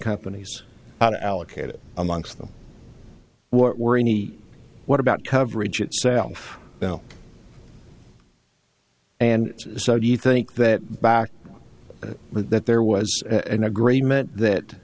companies to allocate it amongst them were a need what about coverage itself now and so do you think that back with that there was an agreement that